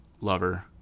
lover